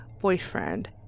boyfriend